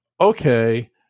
okay